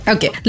Okay